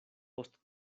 post